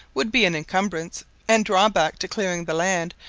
would be an encumbrance and drawback to clearing the land,